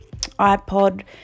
iPod